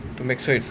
to make sure if